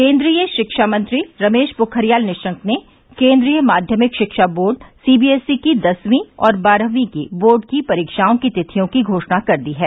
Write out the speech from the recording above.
केन्द्रीय शिक्षामंत्री रमेश पोखरियाल निशंक ने केन्द्रीय माध्यमिक शिक्षा बोर्ड सीबीएसई की दसवीं और बारहवीं की बोर्ड की परीक्षाओं की तिथियों की घोषणा कर दी है